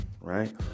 right